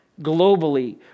globally